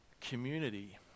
Community